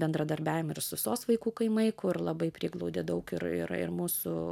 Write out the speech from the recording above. bendradarbiaujam ir su sos vaikų kaimai kur labai priglaudė daug ir ir ir mūsų